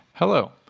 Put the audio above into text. Hello